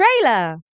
trailer